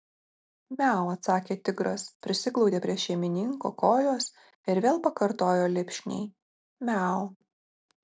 miau atsakė tigras prisiglaudė prie šeimininko kojos ir vėl pakartojo lipšniai miau